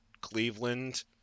Cleveland